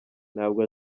ntabwo